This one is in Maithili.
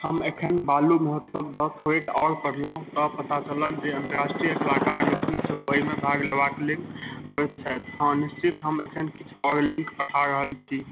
हम एखन बालु महोत्सव दऽ थोड़ेक आओर पढ़लहुॅं तऽ पता चलल जे अंतर्राष्ट्रीय कलाकारलोकनि सेहो एहिमे भाग लेबाक लेल अबैत छथि हँ निश्चित हम एखने किछु और लिंक पठा रहल छी